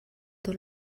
tot